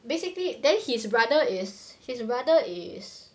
basically then his brother is his brother is